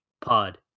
Pod